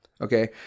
okay